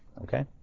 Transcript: Okay